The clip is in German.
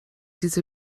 diese